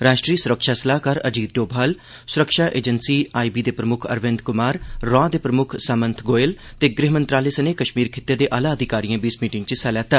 राष्ट्री सुरक्षा सलाह्कार अजीत डोमाल खूफिया अजेंसी आईबी दे प्रमुक्ख अरविंद कुमार रॉ दे प्रमुक्ख सामन्थ गोयल ते गृह मंत्रालय सने कश्मीर खित्ते दे आला अधिकारिएं बी इस मीटिंग च हिस्सा लैता